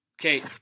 Okay